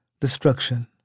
destruction